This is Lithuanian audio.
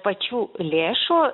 pačių lėšų